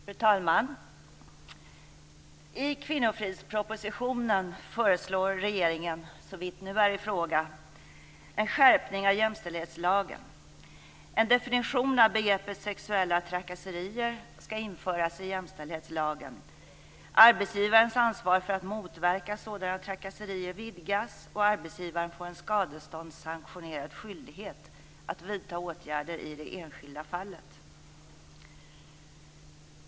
Fru talman! I kvinnofridspropositionen föreslår regeringen såvitt nu är i fråga en skärpning av jämställdhetslagen. En definition av begreppet sexuella trakasserier skall införas i jämställdhetslagen, arbetsgivarens ansvar för att motverka sådana trakasserier vidgas och arbetsgivaren får en skadeståndssanktionerad skyldighet att vidta åtgärder i det enskilda fallet.